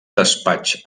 despatx